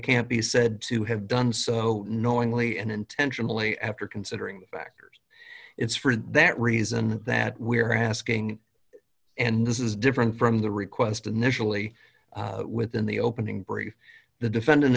can't be said to have done so knowingly and intentionally after considering factors it's for that reason that we are asking and this is different from the request initially within the opening brief the defendant